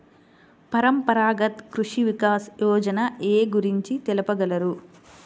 పరంపరాగత్ కృషి వికాస్ యోజన ఏ గురించి తెలుపగలరు?